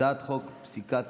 הצעת חוק פסיקת